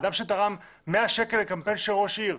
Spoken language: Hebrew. אדם שתרם 100 שקל לקמפיין של ראש עיר,